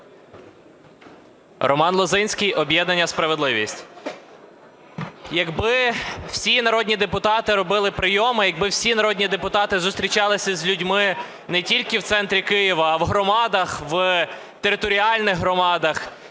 Роман Лозинський, об'єднання "Справедливість". Якби всі народні депутати робили прийоми, якби всі народні депутати зустрічалися з людьми не тільки в центрі Києва, а в громадах, в територіальних громадах,